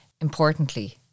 Importantly